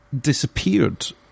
disappeared